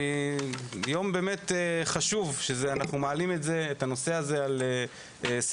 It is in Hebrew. זה יום באמת חשוב שאנחנו מעלים את הנושא הזה על סדר-היום,